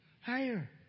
Higher